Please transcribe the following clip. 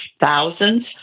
thousands